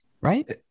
Right